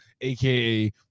aka